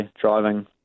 driving